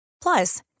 Plus